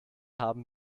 haben